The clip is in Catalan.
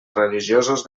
religiosos